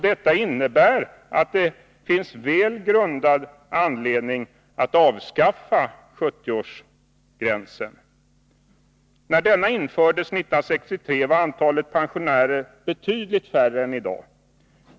Detta innebär att det finns väl grundad anledning att avskaffa 70 årsgränsen. När denna infördes 1963 var antalet pensionärer betydligt mindre än i dag.